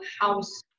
house